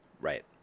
Right